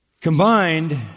combined